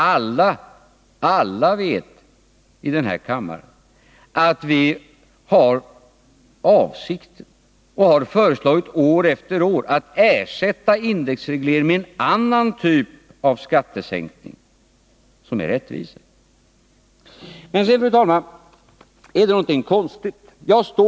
Alla i denna kammare vet att vi — i enlighet med förslag som vi har framfört år efter år — har för avsikt att ersätta indexregleringen med en annan typ av skattesänkning som är rättvis. Fru talman! Det är en sak som är konstig i denna debatt.